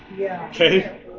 Okay